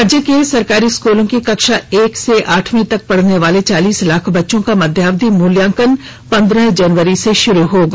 राज्य के सरकारी स्कूलों की कक्षा एक से आठवीं तक पढ़ने वाले चालीस लाख बच्चों का मध्यावधि मूल्यांकन पन्द्रह जनवरी से शुरू होगा